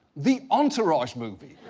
the entourage movie.